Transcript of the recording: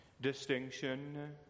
distinction